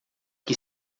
que